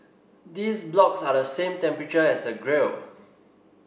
these blocks are the same temperature as the grill